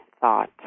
thought